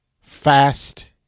fast